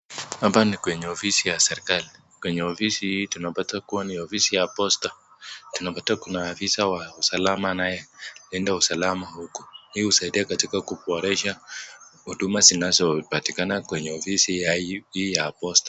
Hapa ni kwenye ofisi ya serikali. Kwenye ofisi hii tunapata kuwa ni ofisi ya posta. Tunapata kuna afisa wa usalama anayelinda usalama huku. Hii usaidia katika kuboresha huduma zinazopatikana kwenye ofisi hii ya posta.